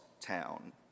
town